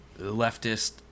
leftist